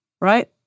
right